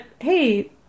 hey